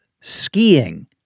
skiing